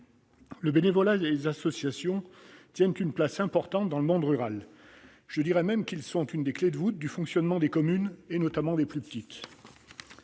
Le bénévolat et les associations tiennent une place importante dans le monde rural. Je dirais même qu'ils sont une des clés de voûte du fonctionnement des communes, notamment des plus petites